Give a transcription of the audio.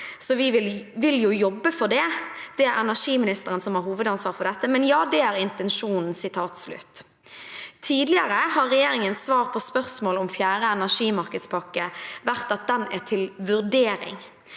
vi vil jo jobbe for det. Det er energiministeren som har hovedansvar for dette, men ja, det er intensjonen.» Tidligere har regjeringens svar på spørsmål om fjerde energimarkedspakke vært at den